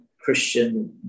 Christian